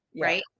right